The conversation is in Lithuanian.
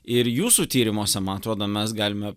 ir jūsų tyrimuose man atrodo mes galime